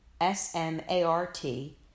S-M-A-R-T